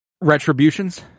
retributions